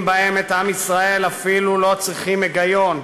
בהם את עם ישראל אפילו לא צריכים היגיון.